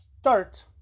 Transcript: start